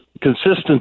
consistency